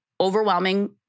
overwhelming